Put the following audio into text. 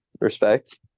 Respect